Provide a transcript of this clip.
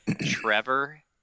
Trevor